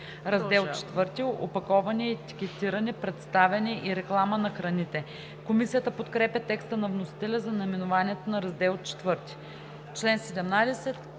„Раздел IV – Опаковане, етикетиране, представяне и реклама на храните“. Комисията подкрепя текста на вносителя за наименованието на Раздел IV.